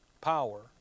power